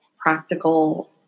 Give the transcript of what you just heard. practical